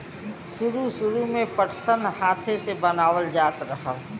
सुरु सुरु में पटसन हाथे से बनावल जात रहल